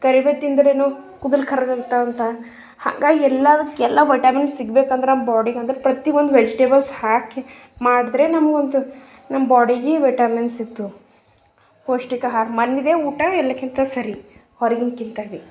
ಕರಿಬೇವು ತಿಂದ್ರೆ ಕೂದಲು ಕರ್ರಗಾಯ್ತಾವಂತ ಹಾಗಾಗಿ ಎಲ್ಲಾದಕ್ಕೆ ಎಲ್ಲ ವಿಟಾಮಿನ್ ಸಿಗ್ಬೇಕಂದ್ರೆ ಬಾಡಿಗೆ ಅಂದ್ರೆ ಪ್ರತಿ ಒಂದು ವೆಜಿಟೇಬಲ್ಸ್ ಹಾಕಿ ಮಾಡಿದ್ರೆ ನಮ್ಗೊಂದು ನಮ್ಮ ಬಾಡಿಗೆ ವಿಟಾಮಿನ್ ಸಿಗ್ತದೆ ಪೌಷ್ಟಿಕ ಆಹಾರ ಮನೆದೇ ಊಟ ಎಲ್ಲಕ್ಕಿಂತ ಸರಿ ಹೊರಗಿನ್ಕಿಂತ ಭಿ